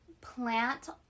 plant